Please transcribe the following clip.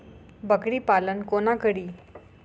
बकरी पालन कोना करि?